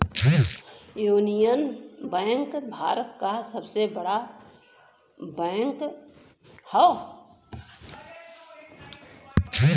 union bank Bharat क बहुते बड़ा बैंक हौ